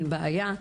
שאין בעיה.